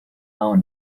own